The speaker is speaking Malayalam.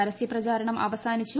പരസ്യപ്രചാരണം അവസാനിച്ചു